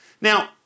Now